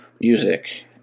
music